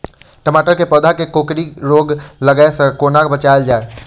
टमाटर केँ पौधा केँ कोकरी रोग लागै सऽ कोना बचाएल जाएँ?